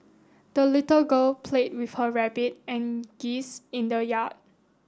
the little girl played with her rabbit and geese in the yard